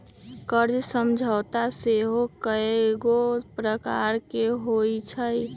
कर्जा समझौता सेहो कयगो प्रकार के होइ छइ